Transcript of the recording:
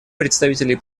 представителей